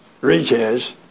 reaches